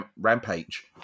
Rampage